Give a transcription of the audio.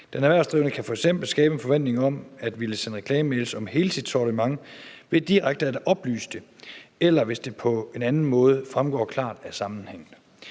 Den erhvervsdrivende kan f.eks. skabe en forventning om at ville sende reklamemails om hele sit sortiment ved direkte at oplyse det, eller hvis det på anden måde fremgår klart af sammenhængen.